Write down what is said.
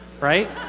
right